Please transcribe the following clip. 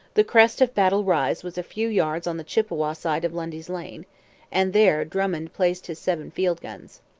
the crest of battle rise was a few yards on the chippawa side of lundy's lane and there drummond placed his seven field-guns.